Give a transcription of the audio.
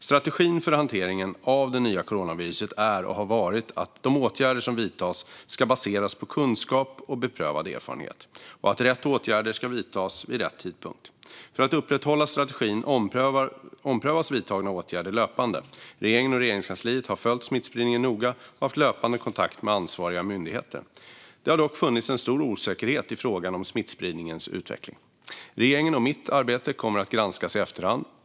Strategin för hanteringen av det nya coronaviruset är och har varit att de åtgärder som vidtas ska baseras på kunskap och beprövad erfarenhet och att rätt åtgärder ska vidtas vid rätt tidpunkt. För att upprätthålla strategin omprövas vidtagna åtgärder löpande. Regeringen och Regeringskansliet har följt smittspridningen noga och haft löpande kontakt med ansvariga myndigheter. Det har dock funnits en stor osäkerhet i fråga om smittspridningens utveckling. Regeringens och mitt arbete kommer att granskas i efterhand.